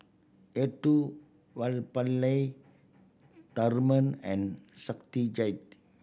Elattuvalapil Tharman and Satyajit